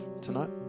tonight